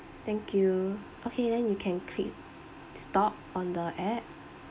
thank you okay then you can click stop on the app